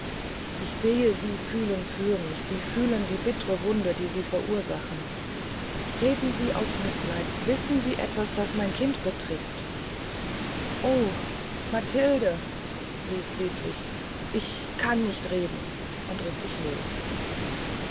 ich sehe sie fühlen für mich sie fühlen die bittre wunde die sie verursachen reden sie aus mitleid wissen sie etwas das mein kind betrift o matilde rief friedrich ich kann nicht reden und riß sich los